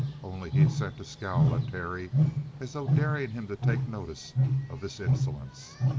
only he sent a scowl at terry as though daring him to take notice of this insolence.